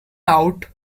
out